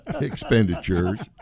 expenditures